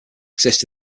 exist